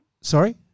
Sorry